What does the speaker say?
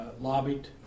lobbied